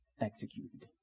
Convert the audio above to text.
executed